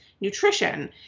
nutrition